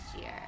year